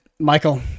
Michael